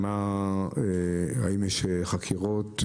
האם יש חקירות?